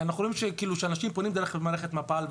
אנחנו רואים שאנשים פונים דרך מערכת מפ"ל.